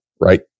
right